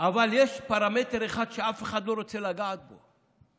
אבל יש פרמטר אחד שאף אחד לא רוצה לגעת בו,